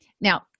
now